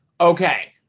okay